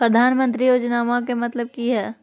प्रधानमंत्री योजनामा के मतलब कि हय?